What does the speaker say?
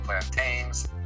plantains